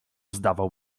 zdawał